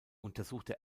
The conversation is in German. untersuchte